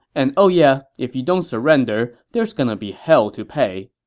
and oh yeah, if you don't surrender, there's gonna be hell to pay.